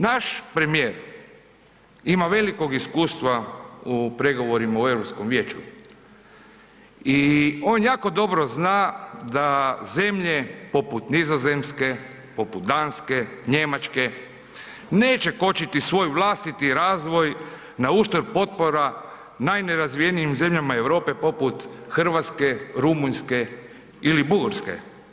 Naš premijer ima velikog iskustva u pregovorima u Europskom vijeću i on jako dobro zna da zemlje poput Nizozemske, poput Danske, Njemačke, neće kočiti svoj vlastiti razvoj na uštrb potpora najnerazvijenijim zemljama Europe poput RH, Rumunjske ili Bugarske.